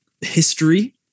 history